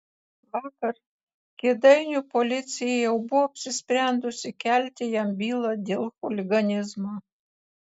vakar kėdainių policija jau buvo apsisprendusi kelti jam bylą dėl chuliganizmo